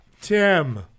Tim